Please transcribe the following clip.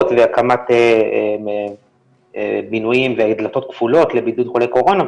והקמת בינויים ודלתות כפולות לבידוד חולי קורונה,